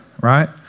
right